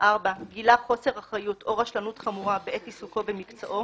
גילה חוסר אחריות או רשלנות חמורה בעת עיסוקו במקצועו,